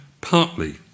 partly